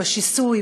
בשיסוי,